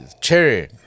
Cherry